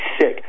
sick